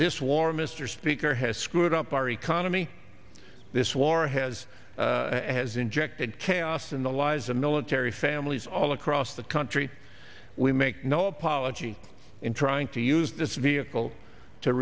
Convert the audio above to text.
this war mr speaker has screwed up our economy this war has has injected chaos in the lives of military families all across the country we make no apology in trying to use this vehicle to